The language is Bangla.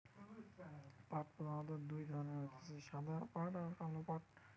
পাট প্রধানত দুই ধরণের হতিছে সাদা পাট আর কালো পাট